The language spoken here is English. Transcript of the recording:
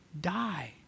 die